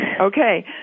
Okay